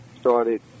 Started